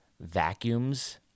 vacuums